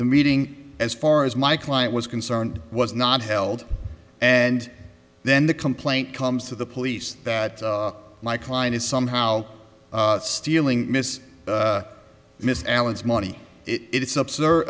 the meeting as far as my client was concerned was not held and then the complaint comes to the police that my client is somehow stealing miss miss allen's money it's absurd